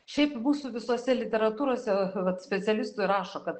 šiaip mūsų visose literatūrose vat specialistai rašo kad